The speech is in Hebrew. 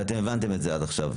ואתם הבנתם את זה עד עכשיו.